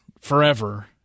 Forever